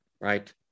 right